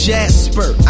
Jasper